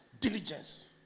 Diligence